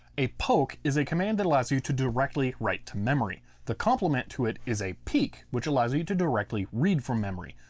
a poke is a command that allows you to directly write to memory. the complement to it is peek which allows you you to directly read from memory.